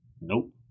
Nope